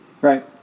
Right